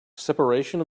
separation